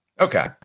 Okay